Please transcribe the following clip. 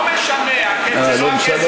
לא משנה הכסף.